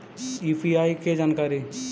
UPI के जानकारी?